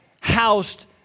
housed